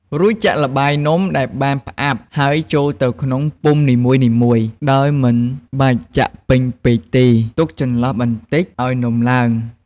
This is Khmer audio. រួចចាក់ល្បាយនំដែលបានផ្អាប់ហើយចូលទៅក្នុងពុម្ពនីមួយៗ ដោយមិនបាច់ចាក់ពេញពេកទេ ទុកចន្លោះបន្តិចឱ្យនំឡើង។